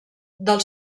del